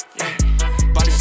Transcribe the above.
Body